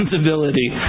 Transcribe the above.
responsibility